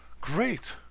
Great